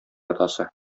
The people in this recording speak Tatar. атасы